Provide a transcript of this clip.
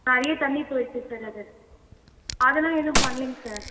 நிறையா தண்ணி போயிடுச்சு சார் அது அதெல்லாம் எதுவும் பண்ணலேங்க சார்